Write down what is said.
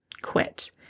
quit